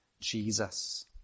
Jesus